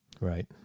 Right